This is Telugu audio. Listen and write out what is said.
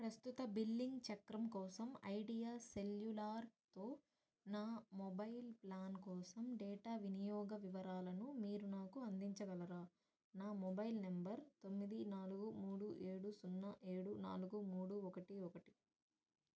ప్రస్తుత బిల్లింగ్ చక్రం కోసం ఐడియా సెల్యులార్తో నా మొబైల్ ప్లాన్ కోసం డేటా వినియోగ వివరాలను మీరు నాకు అందించగలరా నా మొబైల్ నెంబర్ తొమ్మిది నాలుగు మూడు ఏడు సున్నా ఏడు నాలుగు మూడు ఒకటి ఒకటి